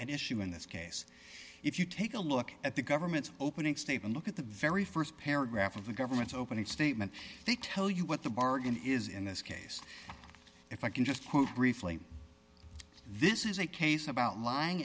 and issue in this case if you take a look at the government's opening statement look at the very st paragraph of the government's opening statement they tell you what the bargain is in this case if i can just quote briefly this is a case about lying